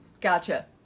gotcha